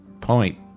point